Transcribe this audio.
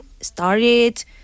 started